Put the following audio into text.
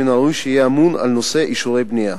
שמן הראוי שיהיה אמון על נושא אישורי בנייה.